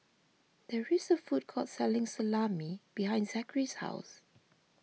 there is a food court selling Salami behind Zackary's house